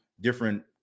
different